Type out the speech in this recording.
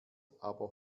aber